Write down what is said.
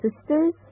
sisters